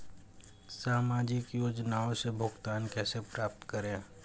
सामाजिक योजनाओं से भुगतान कैसे प्राप्त करें?